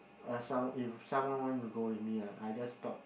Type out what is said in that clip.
uh someone if someone want to go with me ah I just bought